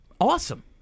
Awesome